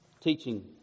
teaching